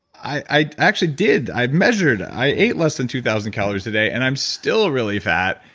i i actually did, i measured, i ate less than two thousand calories a day and i'm still really fat.